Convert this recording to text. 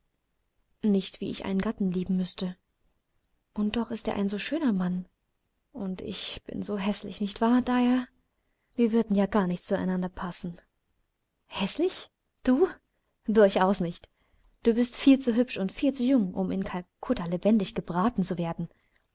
nicht wie ich einen gatten lieben müßte und doch ist er ein so schöner mann und ich bin so häßlich nicht wahr dia wir würden ja gar nicht zueinander passen häßlich du durchaus nicht du bist viel zu hübsch und viel zu jung um in calcutta lebendig gebraten zu werden